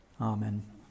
Amen